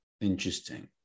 Interesting